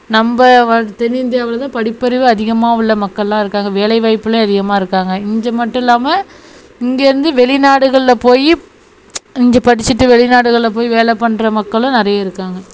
நம்ம வ தென் இந்தியாவில் தான் படிப்பறிவு அதிகமாக உள்ள மக்கள்லாம் இருக்காங்க வேலைவாய்ப்புலேயும் அதிகமாக இருக்காங்க இங்கே மட்டும் இல்லாமல் இங்கே இருந்து வெளிநாடுகளில் போய் இங்கே படிச்சிட்டு வெளிநாடுகளில் போய் வேலை பண்ணுற மக்களும் நிறைய இருக்காங்க